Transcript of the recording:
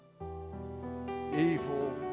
evil